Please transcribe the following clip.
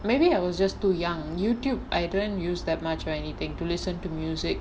maybe I was just too young YouTube I don't use that much or anything to listen to music